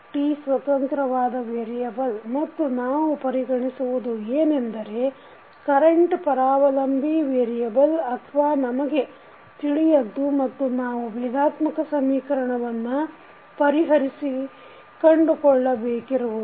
t ಸ್ವತಂತ್ರವಾದ variable ಮತ್ತು ನಾವು ಪರಿಗಣಿಸುವುದು ಏನೆಂದರೆ ಕರೆಂಟ ಪರಾವಲಂಬಿ ವೇರಿಯಬಲ್ ಅಥವಾ ನಮಗೆ ತಿಳಿಯದ್ದು ಮತ್ತು ನಾವು ಬೇಧಾತ್ಮಕ ಸಮೀಕರಣವನ್ನು ಪರಿಹರಿಸಿ ಕಂಡುಕೊಳ್ಳಬೇಕಿರುವುದು